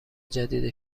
جدید